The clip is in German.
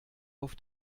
auf